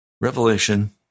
Revelation